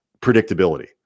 predictability